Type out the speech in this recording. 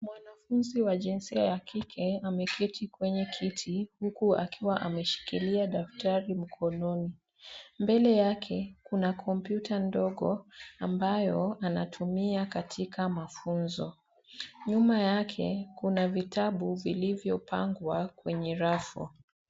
Mwanafunzi wa jisia ya kike ameketi kwenye kiti huku akiwa ameshikilia daftari mkononi. Mbele yake kuna kompyuta ndogo ambayo anatumia katika mafunzo. Nyuma yake kuna vitabu vilivyopangwa kwenye rafu.